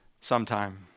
sometime